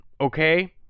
okay